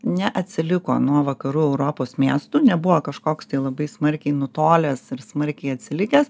neatsiliko nuo vakarų europos miestų nebuvo kažkoks tai labai smarkiai nutolęs ir smarkiai atsilikęs